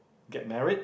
get married